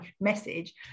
message